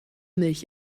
milch